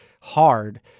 hard